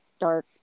dark